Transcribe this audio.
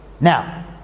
Now